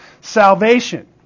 salvation